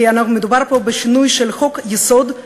כי מדובר פה בשינוי של חוק-יסוד,